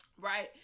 Right